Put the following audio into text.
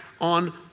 on